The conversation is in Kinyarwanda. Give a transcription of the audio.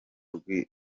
rw’i